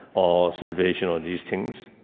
or salvation or these things,